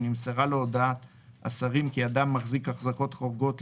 נמסרה לו הודעת השרים כי אדם מחזיק החזקות חורגות,